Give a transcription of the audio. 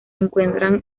encuentra